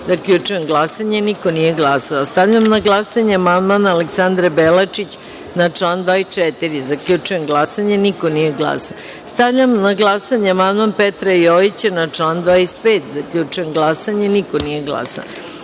Zaključujem glasanje: niko nije glasao. Stavljam na glasanje amandman Aleksandre Belačić na član 8.Zaključujem glasanje: niko nije glasao. Stavljam na glasanje amandman Petra Jojića na član 9.Zaključujem glasanje: niko nije